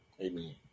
Amen